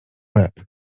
łeb